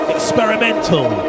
Experimental